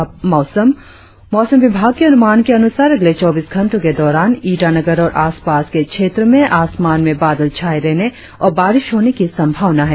और अब मौसम मौसम विभाग के अनुमान के अनुसार अगले चौबीस घंटो के दौरान ईटानगर और आसपास के क्षेत्रो में आसमान में बादल छाये रहने और बारिश होने की संभावना है